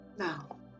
Now